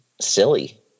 silly